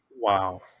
Wow